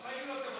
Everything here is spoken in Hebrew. בחיים לא תוותרו.